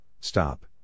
stop